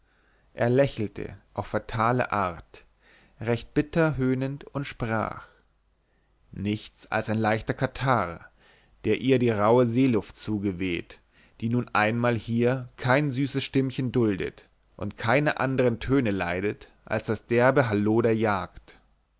er lächelte auf fatale art recht wie bitter höhnend und sprach nichts als ein leichter katarrh den ihr die rauhe seeluft zugeweht die nun einmal hier kein süßes stimmchen duldet und keine andern töne leidet als das derbe halloh der jagd